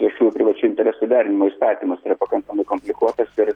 viešųjų privačių interesų derinimo įstatymas yra pakankamai komplikuotas ir